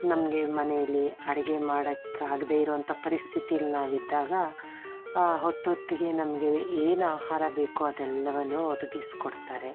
ನಮಗೆ ಮನೇಲಿ ಅಡುಗೆ ಮಾಡಕ್ಕಾಗದೆ ಇರುವಂಥ ಪರಿಸ್ಥಿತಿಲಿ ನಾವಿದ್ದಾಗ ಹೊತ್ತು ಹೊತ್ತಿಗೆ ನಮಗೆ ಏನು ಆಹಾರ ಬೇಕು ಅದೆಲ್ಲವನ್ನು ಒದಗಿಸ್ಕೊಡ್ತಾರೆ